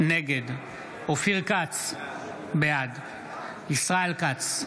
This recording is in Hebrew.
נגד אופיר כץ, בעד ישראל כץ,